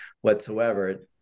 whatsoever